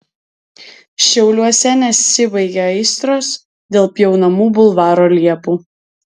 šiauliuose nesibaigia aistros dėl pjaunamų bulvaro liepų